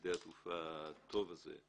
בשדה התעופה הטוב הזה.